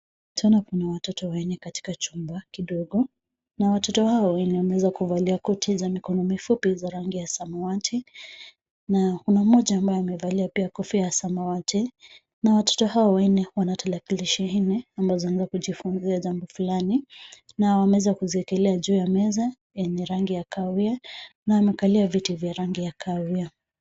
Twaona kuna watoto wanne katika chumba kidogo na watoto hawa wenye wameweza kuvalia koti za mikono mifupi za rangi ya samawati na kuna mmoja ambaye amevalia pia kofia ya samawati na watoto hao wanne wana tarakilishi nne ambazo wanajifunzia jambo fulani na wameweza kuziekelea juu ya meza yenye rangi ya kahawia na wamekalia viti vya rangi ya kahawia.